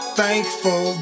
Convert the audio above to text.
thankful